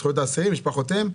זכויות האסירים, משפחותיהם.